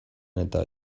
eta